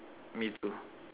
me too